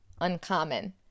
Uncommon